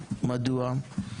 מדוע?